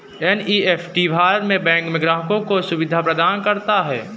NEFT Bharat में bank के ग्राहकों को ये सुविधा प्रदान करता है